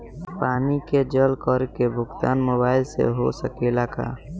पानी के जल कर के भुगतान मोबाइल से हो सकेला का?